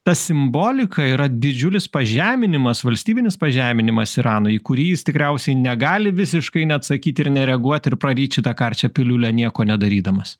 ta simbolika yra didžiulis pažeminimas valstybinis pažeminimas iranui į kurį jis tikriausiai negali visiškai neatsakyt ir nereaguot ir praryt šitą karčią piliulę nieko nedarydamas